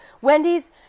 Wendy's